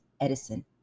Edison